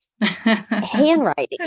handwriting